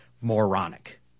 moronic